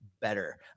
better